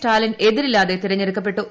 സ്റ്റാലിൻ എതിരില്ലാതെ തെരഞ്ഞെടുക്കപ്പെട്ടു